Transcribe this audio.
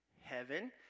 heaven